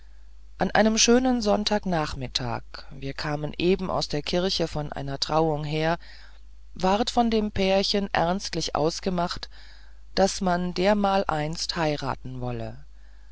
an einem schönen sonntagnachmittag wir kamen eben aus der kirche von einer trauung her ward von dem pärchen ernstlich ausgemacht daß man sich dermaleinst heiraten wolle